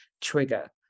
trigger